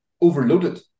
overloaded